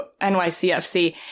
NYCFC